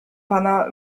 pana